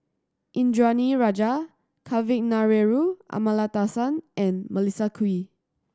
Indranee Rajah Kavignareru Amallathasan and Melissa Kwee